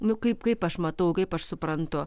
nu kaip kaip aš matau kaip aš suprantu